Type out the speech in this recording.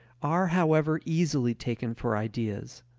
are, however, easily taken for ideas.